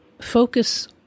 Focus